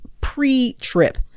pre-trip